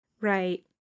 Right